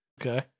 Okay